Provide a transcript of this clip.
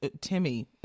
Timmy